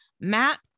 Matt